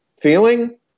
feeling